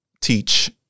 teach